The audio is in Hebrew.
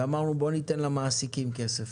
אמרנו שניתן למעסיקים כסף.